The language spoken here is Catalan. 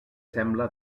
sembla